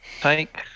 Take